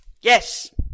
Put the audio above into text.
Yes